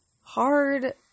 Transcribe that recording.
hard